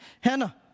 Hannah